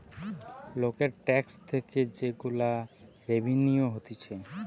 লোকের ট্যাক্স থেকে যে গুলা রেভিনিউ হতিছে